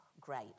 great